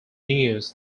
news